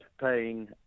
paying